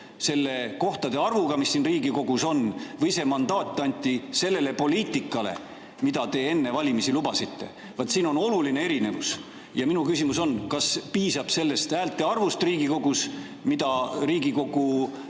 selle kohtade arvuga, mis siin Riigikogus on, või see mandaat anti sellele poliitikale, mida te enne valimisi lubasite? Vaat siin on oluline erinevus. Minu küsimus: kas piisab sellest häälte arvust Riigikogus, mille puhul